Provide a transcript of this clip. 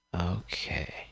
Okay